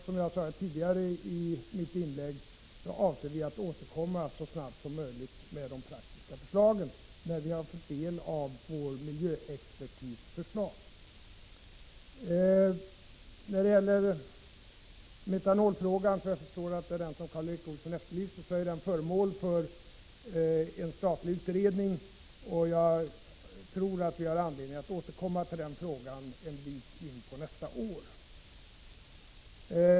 Som jag sade i mitt tidigare inlägg avser vi att återkomma så snart det går med de praktiska förslagen, när vi har fått del av synpunkterna från vår miljöexpertis. Etanolfrågan — jag förstår att det är den Karl Erik Olsson syftar på — är föremål för en statlig utredning, och jag tror att vi har anledning att återkomma till denna fråga en bit in på nästa år.